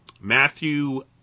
Matthew